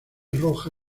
roja